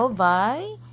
bye